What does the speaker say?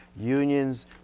unions